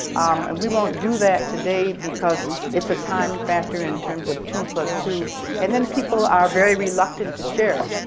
and we don't do that today because it's a time factor in terms of two plus two and then people are very reluctant to share,